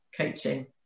coaching